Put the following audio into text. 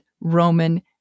Roman